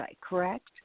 correct